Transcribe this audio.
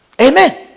Amen